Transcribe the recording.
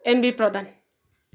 NB Pradhan